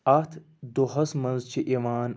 اَتھ دۄہَس منٛز چھِ یِوان ہِندوستانٕکۍ